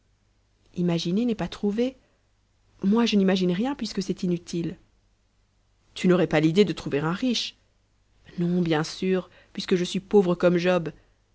imaginer n'est pas trouver moi je n'imagine rien puisque c'est inutile tu n'aurais pas l'idée de trouver un riche non bien sûr puisque je suis pauvre comme job